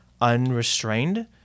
unrestrained